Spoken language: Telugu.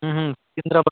సికింద్రాబాద్